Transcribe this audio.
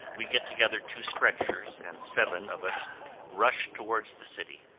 we get together two stretchers and seven of us rush toward the city.